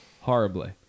horribly